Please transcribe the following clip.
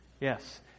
Yes